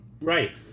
Right